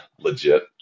Legit